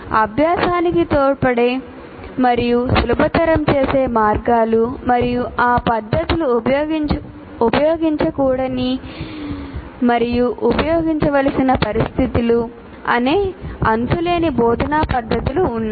అభ్యాసానికి తోడ్పడే మరియు సులభతరం చేసే మార్గాలు మరియు ఆ పద్ధతులు ఉపయోగించకూడని మరియు ఉపయోగించవలసిన పరిస్థితులు అనే అంతులేని బోధనా పద్ధతులు ఉన్నాయి